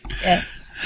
Yes